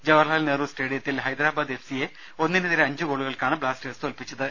ജവഹർലാൽ നെഹ്രു സ്റ്റേഡിയത്തിൽ Hyderabad F സിയെ ഒന്നിനെതിരെ അഞ്ച് ഗോളുകൾക്കാണ് ബ്ലാസ്റ്റേഴ്സ് തോൽപിച്ചത്